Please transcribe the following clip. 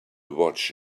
watch